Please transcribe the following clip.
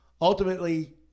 Ultimately